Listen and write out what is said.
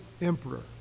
emperor